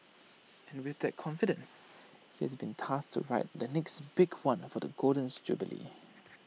and with that confidence he has been tasked to write the next big one for the golden jubilee